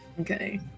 Okay